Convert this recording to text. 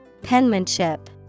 Penmanship